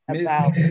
about-